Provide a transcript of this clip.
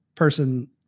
Person